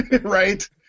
right